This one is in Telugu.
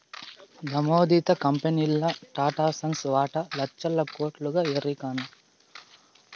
నమోదిత కంపెనీల్ల టాటాసన్స్ వాటా లచ్చల కోట్లుగా ఎరికనా